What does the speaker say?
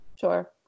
Sure